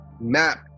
map